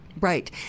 Right